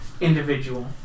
individual